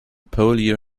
polio